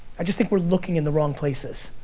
i just think we're looking in the wrong places.